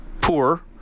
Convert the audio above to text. poor